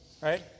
right